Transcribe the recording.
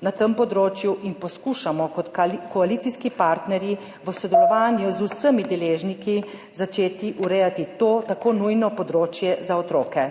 na tem področju in poskušamo kot koalicijski partnerji v sodelovanju z vsemi deležniki začeti urejati to tako nujno področje za otroke.